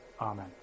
Amen